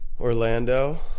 Orlando